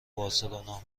بارسلونا